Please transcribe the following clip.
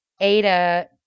Ada